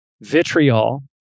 vitriol